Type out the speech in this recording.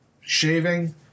shaving